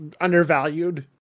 undervalued